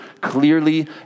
clearly